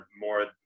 more